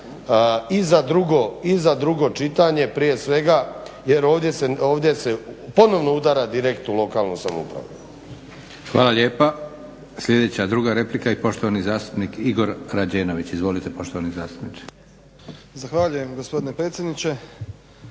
i za drugo čitanje prije svega, jer ovdje se ponovno udara direkt u lokalnu samoupravu. **Leko, Josip (SDP)** Hvala lijepa. Sljedeća druga replika i poštovani zastupnik Igor Rađenović. Izvolite poštovani zastupniče. **Rađenović, Igor (SDP)** Zahvaljujem gospodine predsjedniče.